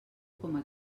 coma